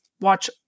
watch